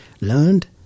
learned